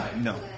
No